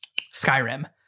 Skyrim